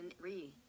re